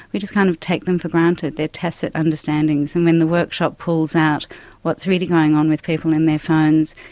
we just kind of take them for granted, they are tacit understandings. and when the workshop pulls out what's really going on with people in their phones,